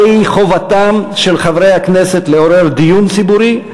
הרי היא חובתם של חברי הכנסת לעורר דיון ציבורי,